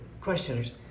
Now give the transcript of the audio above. questioners